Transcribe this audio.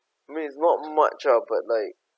I mean it's not much ah but like